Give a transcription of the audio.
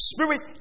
Spirit